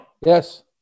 Yes